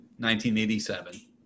1987